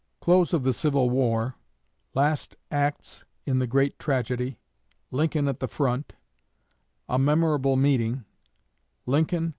close of the civil war last acts in the great tragedy lincoln at the front a memorable meeting lincoln,